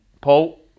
Paul